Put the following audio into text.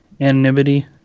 anonymity